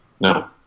no